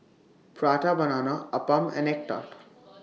Prata Banana Appam and Egg Tart